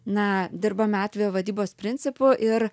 na dirbame atvejo vadybos principu ir